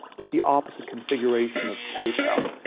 is the opposite configuration of pay pal.